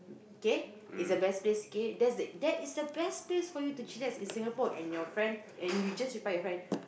okay is the best place kay that's the that is the best place for you to chillax in Singapore and your friend and you just reply your friend